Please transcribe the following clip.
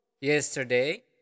yesterday